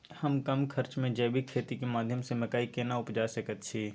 हम कम खर्च में जैविक खेती के माध्यम से मकई केना उपजा सकेत छी?